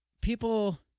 people